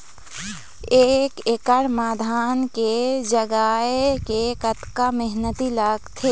एक एकड़ म धान के जगोए के कतका मेहनती लगथे?